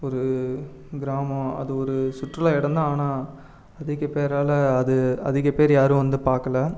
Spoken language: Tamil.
ஒரு கிராமம் அது ஒரு சுற்றுலா இடந்தான் ஆனால் அதிகபேரால் அது அதிக பேர் யாரும் வந்து பார்க்கல